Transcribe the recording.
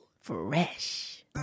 Fresh